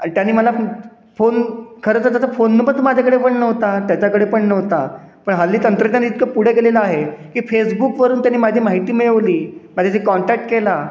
अन त्याने मला फोन खरंच त्याचा फोन नंबर माझ्याकडे पण नव्हता त्याच्याकडे पण नव्हता पण हल्ली तंत्रज्ञान इतकं पुढे गेलेलं आहे की फेसबुकवरून त्यानी माझी माहिती मिळवली माझी जे कॉन्टॅक्ट केला